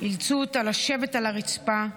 אילצו אותה לשבת על הרצפה,